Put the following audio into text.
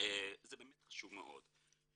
וזה באמת חשוב מאוד.